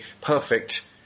perfect